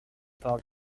parle